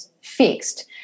fixed